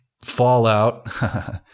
fallout